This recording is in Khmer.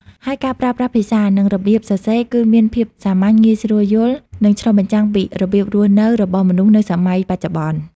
ហើយការប្រើប្រាស់ភាសា និងរបៀបសរសេរគឺមានភាពសាមញ្ញ ងាយស្រួលយល់ និងឆ្លុះបញ្ចាំងពីរបៀបរស់នៅរបស់មនុស្សនៅសម័យបច្ចុប្បន្ន។